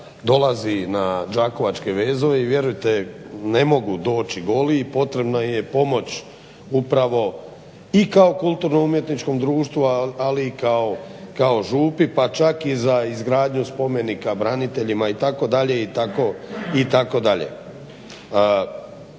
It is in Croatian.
dolazi na Đakovačke vezove i vjerujte ne mogu doći goli i potrebna je pomoć upravo i kao kulturno-umjetničkom društvu, ali i kao župi, pa čak i za izgradnju spomenika braniteljima itd.